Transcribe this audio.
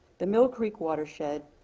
the mill creek watershed,